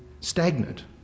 stagnant